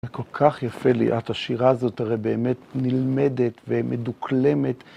כל כך יפה לי את השירה הזאת, הרי באמת נלמדת ומדוקלמת.